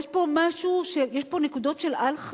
יש פה נקודות של אל-חזור,